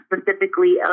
specifically